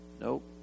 Nope